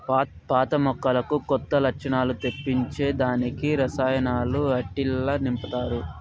పాత మొక్కలకు కొత్త లచ్చణాలు తెప్పించే దానికి రసాయనాలు ఆట్టిల్ల నింపతారు